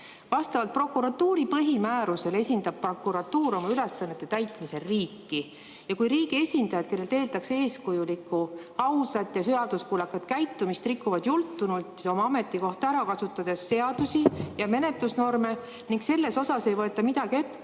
Vastavalt prokuratuuri põhimäärusele esindab prokuratuur oma ülesannete täitmisel riiki. Kui riigi esindajad, kellelt eeldaks eeskujulikku, ausat ja seaduskuulekat käitumist, rikuvad jultunult oma ametikohta ära kasutades seadusi ja menetlusnorme ning selles osas ei võeta midagi ette